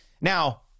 Now